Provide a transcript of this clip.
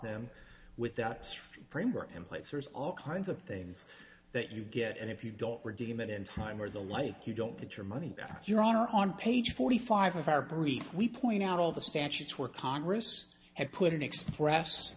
them with that printer in place there's all kinds of things that you get and if you don't redeem it in time or the like you don't get your money back your honor on page forty five of our brief we point out all the statutes where congress had put in express